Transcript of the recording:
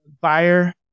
buyer